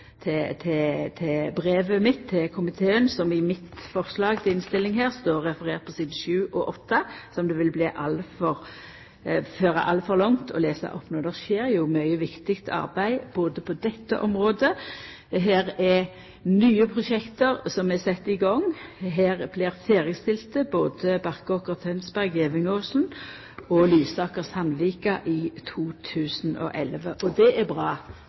til brevet mitt til komiteen, som i det forslaget til innstilling som eg har fått, står referert på sidene 7 og 8, som det vil føra altfor langt å lesa opp no. Det skjer jo mykje viktig arbeid på dette området. Her er det nye prosjekt som er sette i gang. Både Barkåker–Tønsberg, Gevingåsen og Lysaker–Sandvika blir ferdigstilte i 2011. Og det er bra,